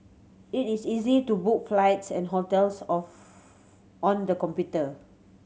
it is easy to book flights and hotels of on the computer